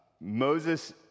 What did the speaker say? Moses